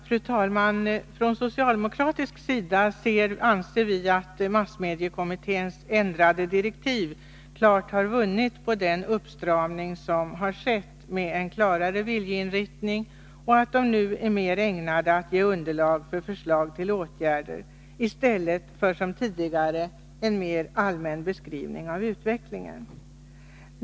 Fru talman! Från socialdemokratisk sida anser vi att massmediekommitténs ändrade direktiv klart har vunnit på den uppstramning som skett med en klarare viljeinriktning och att de nu är mer ägnade att ge underlag för förslag till åtgärder i stället för som tidigare en mer allmän beskrivning av utvecklingen.